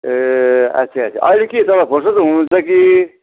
ए अच्छा अच्छा अहिले के तपाईँ फुर्सदै हुनुहुन्छ कि